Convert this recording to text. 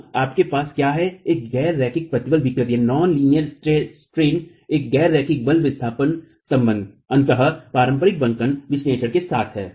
तो आपके पास क्या है एक गैर रेखीय प्रतिबल विकृति एक गैर रैिखक बल विस्थापन संबंध अंततः पारंपरिक बंकन विश्लेषण के साथ है